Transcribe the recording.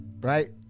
right